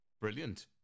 brilliant